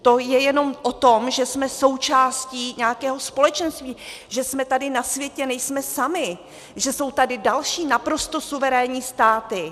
To je jenom o tom, že jsme součástí nějakého společenství, že jsme tady na světě, nejsme sami, že jsou tady další naprosto suverénní státy.